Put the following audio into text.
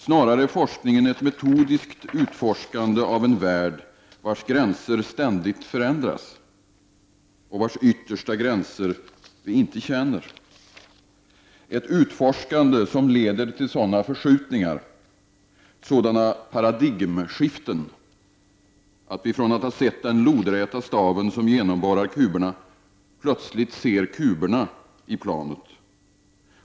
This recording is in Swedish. Snarare är forskningen ett metodiskt utforskande av en värld vars gränser ständigt förändras och vars yttersta gränser vi inte känner. Ett utforskande som leder till sådana förskjutningar, sådana paradigmskiften, att vi från att ha sett den lodräta staven som genomborrar kuberna plötsligt ser kuberna i planet.